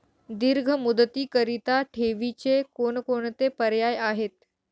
दीर्घ मुदतीकरीता ठेवीचे कोणकोणते पर्याय आहेत?